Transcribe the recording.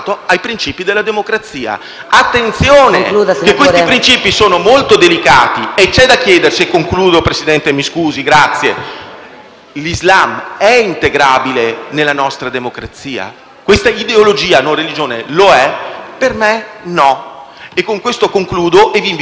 attenzione, perché questi princìpi sono molto delicati e c'è da chiedersi - concludo, signor Presidente - se l'Islam è integrabile nella nostra democrazia. Questa ideologia - e non religione - lo è? Per me no e con questo concludo e vi invito a riflettere.